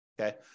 Okay